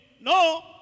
No